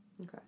Okay